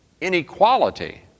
inequality